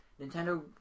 Nintendo